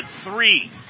three